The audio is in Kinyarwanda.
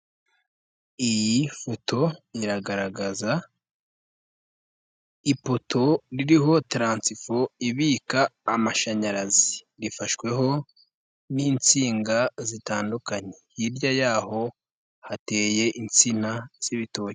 Iyi foto iragaragaza ipoto ririho taransifo ibika amashanyarazi ifashweho n'insinga zitandukanye, hirya y'aho hateye insina z'ibitoki.